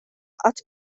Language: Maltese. qatt